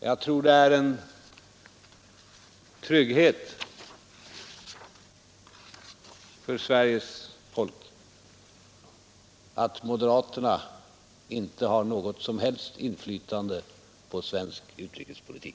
Jag tror att det är en trygghet för Sveriges folk att moderaterna inte har något som helst inflytande på svensk utrikespolitik.